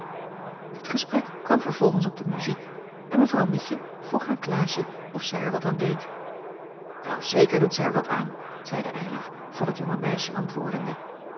het gesprek kwam vervolgens op de muziek en mevrouw mietje vroeg aan klaasje of zij er wat aan deed wel zeker doet zij er wat aan zeide eylar voor het jonge meisje antwoordende